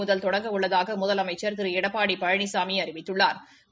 முதல் தொடங்க உள்ளதாக முதலமைச்சா் திரு எடப்பாடி பழனிசாமி அறிவித்துள்ளாா்